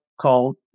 called